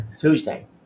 Tuesday